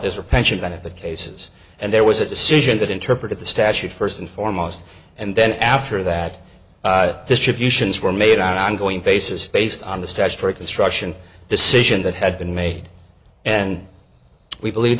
or pension benefit cases and there was a decision that interpreted the statute first and foremost and then after that distributions were made on an ongoing basis based on the stage for a construction decision that had been made and we believe